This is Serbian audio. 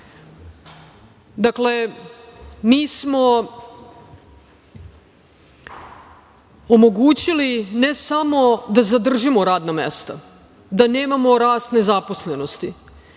mi smo omogućili ne samo da zadržimo radna mesta, da nemamo rast nezaposlenosti,